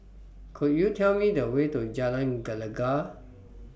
Could YOU Tell Me The Way to Jalan Gelegar